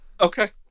Okay